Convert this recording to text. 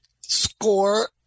SCORE